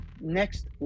next